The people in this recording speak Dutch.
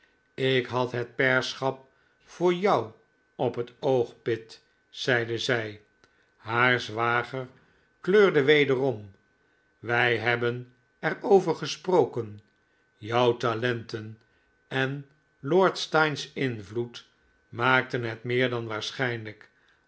ik had het pairschap voor jou op het oog pitt zeide zij haar zwager kleurde wederom wij hebben er over gesproken jouw talenten en lord steyne's invloed maakten het meer dan waarschijnlijk